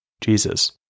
Jesus